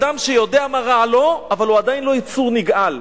זה ההבדל בין אדם שיודע מה רע לו אבל הוא עדיין לא יצור נגאל.